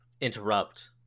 interrupt